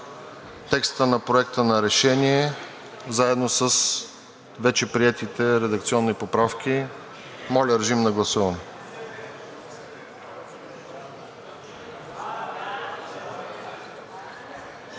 текста на Проекта на решение заедно с вече приетите редакционни поправки. Гласували